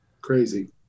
crazy